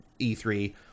E3